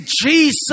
Jesus